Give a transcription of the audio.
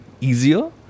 easier